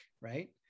right